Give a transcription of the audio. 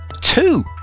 Two